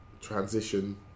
transition